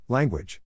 Language